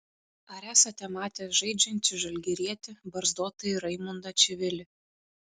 ar esate matęs žaidžiantį žalgirietį barzdotąjį raimundą čivilį